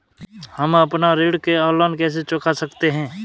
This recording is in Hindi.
हम अपना ऋण ऑनलाइन कैसे चुका सकते हैं?